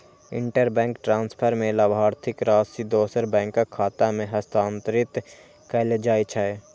interbank transfer मे लाभार्थीक राशि दोसर बैंकक खाता मे हस्तांतरित कैल जाइ छै